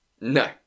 No